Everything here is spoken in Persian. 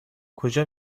کجا